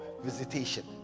visitation